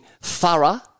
thorough